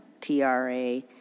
TRA